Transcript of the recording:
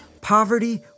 poverty